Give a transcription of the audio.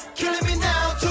killin' me now